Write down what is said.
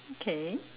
okay